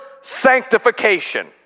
sanctification